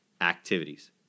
activities